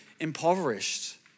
Impoverished